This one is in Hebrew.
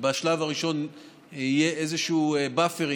בשלב הראשון יהיו איזשהם באפרים,